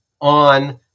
on